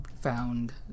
found